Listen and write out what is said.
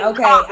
Okay